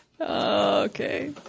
Okay